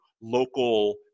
local